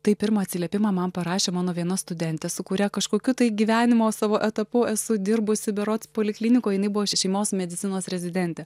tai pirmą atsiliepimą man parašė mano viena studentė su kuria kažkokiu tai gyvenimo savo etapu esu dirbusi berods poliklinikoj jinai buvo š šeimos medicinos rezidentė